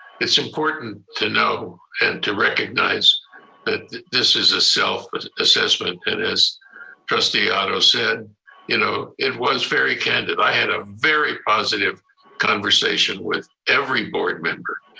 it's important to know, and to recognize that this is a self assessment, and as trustee otto said you know it was very candid. i had a very positive conversation with every board member.